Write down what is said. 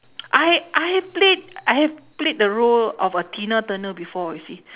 I I played I played the role of a tina-turner before you see